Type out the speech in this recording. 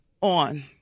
on